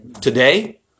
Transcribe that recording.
Today